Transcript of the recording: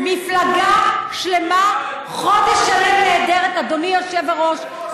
מפלגה שלמה, חודש שלם נעדרת, אדוני היושב-ראש.